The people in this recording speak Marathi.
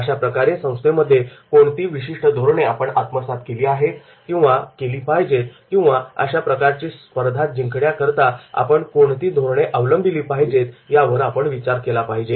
अशाप्रकारे स्पर्धेमध्ये कोणते विशिष्ट धोरणे आपण आत्मसात केली पाहिजेत किंवा अशा प्रकारची स्पर्धा जिंकल्या करता आपण कोणती धोरणे अवलंबिली पाहिजेत यावर आपण विचार केला पाहिजे